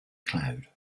cloud